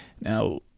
Now